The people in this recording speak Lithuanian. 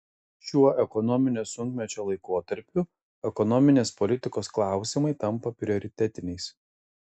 šiuo ekonominio sunkmečio laikotarpiu ekonominės politikos klausimai tampa prioritetiniais